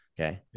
Okay